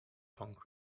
punk